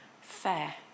fair